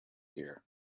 ear